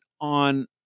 on